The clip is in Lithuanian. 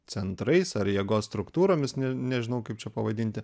centrais ar jėgos struktūromis ne nežinau kaip čia pavadinti